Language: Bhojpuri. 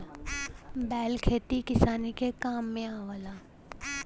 बैल खेती किसानी के काम में आवेला